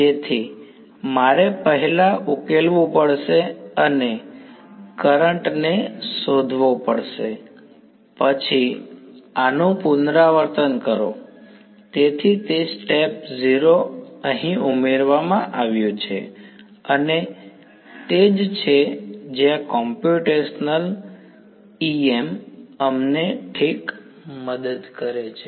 તેથી મારે પહેલા ઉકેલવું પડશે અને કરંટ ને શોધવો પડશે પછી આનું પુનરાવર્તન કરો તેથી તે સ્ટેપ 0 અહીં ઉમેરવામાં આવ્યું છે અને તે જ છે જ્યાં કોમ્પ્યુટેશનલ EM અમને ઠીક મદદ કરે છે